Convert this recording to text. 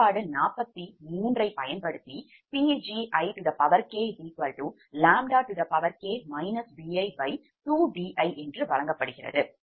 சமன்பாடு 43 ஐப் பயன்படுத்தி Pgikʎk bi2di என்று வழங்கப்படுகிறது